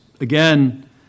again